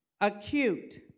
acute